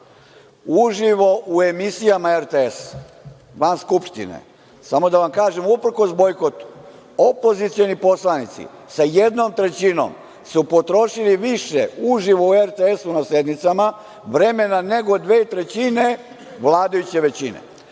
uživo u emisijama RTS, van Skupštine, samo da vam kažem, uprkos bojkotu, opozicioni poslanici sa jednom trećinom, su potrošili više uživo u RTS na sednicama vremena, nego dve trećine vladajuće većine,